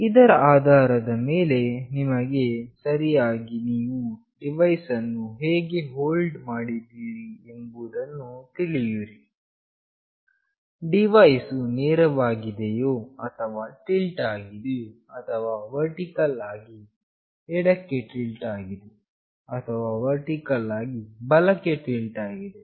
ಇದರ ಆಧಾರದ ಮೇಲೆ ನಿಮಗೆ ಸರಿಯಾಗಿ ನೀವು ಡಿವೈಸ್ ಅನ್ನು ಹೇಗೆ ಹೋಲ್ಡ್ ಮಾಡಿದ್ದೀರಿ ಎಂಬುದನ್ನು ತಿಳಿಯುವಿರಿ ಡಿವೈಸ್ ವು ನೇರವಾಗಿದೆಯೋ ಅಥವಾ ಟಿಲ್ಟ್ ಆಗಿದೆಯೋ ಅಥವಾ ವರ್ಟಿಕಲ್ ಆಗಿ ಎಡಕ್ಕೆ ಟಿಲ್ಟ್ ಆಗಿದೆ ಅಥವಾ ವರ್ಟಿಕಲ್ ಆಗಿ ಬಲಕ್ಕೆ ಟಿಲ್ಟ್ ಆಗಿದೆ